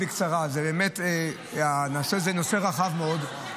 זה בקצרה: הנושא הזה הוא נושא רחב מאוד.